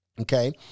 Okay